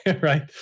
right